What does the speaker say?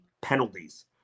penalties